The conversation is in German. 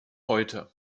heute